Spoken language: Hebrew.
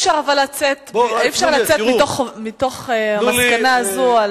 אבל אי-אפשר להגיע למסקנה שלא צריך לטפל בזה.